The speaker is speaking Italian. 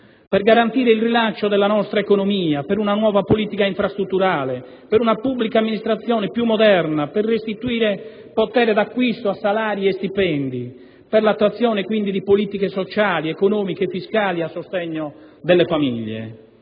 per garantire il rilancio della nostra economia, per una nuova politica infrastrutturale, per una pubblica amministrazione più moderna, per restituire potere d'acquisto a salari e stipendi, per l'attuazione di politiche sociali, economiche e fiscali a sostegno delle famiglie.